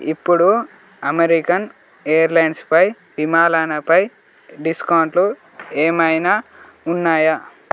ఇప్పుడు American air లైన్స్పై విమాలానాపై డిస్కౌంట్లు ఏమైనా ఉన్నాయా